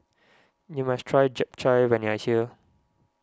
you must try Japchae when you are here